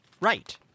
Right